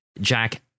Jack